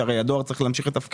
הדואר הרי צריך להמשיך לתפקד,